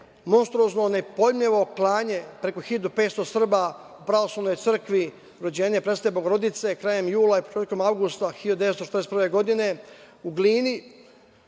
monstruozno nepojmljivo klanje preko 1.500 Srba u pravoslavnoj crkve Rođenje presvete Bogorodice krajem jula i početkom avgusta 1941. godine u